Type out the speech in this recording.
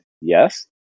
yes